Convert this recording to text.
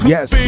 Yes